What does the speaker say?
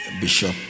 Bishop